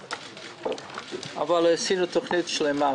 אבל עשינו תוכנית שלמה.